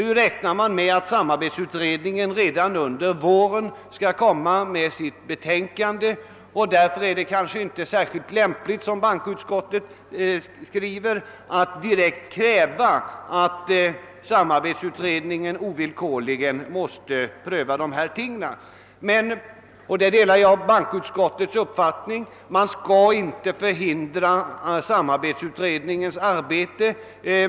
Man räknar nu med att sam arbetsutredningen skall presentera sitt betänkande redan i vår, och då är det kanske inte lämpligt, vilket också bankoutskottet skriver, att direkt kräva att utredningen ovillkorligen skall pröva dessa frågor. Jag delar bankoutskottets uppfattning att man inte skall hindra samarbetsutredningen i dess arbete.